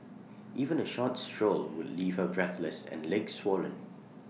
even A short stroll would leave her breathless and legs swollen